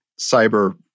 cyber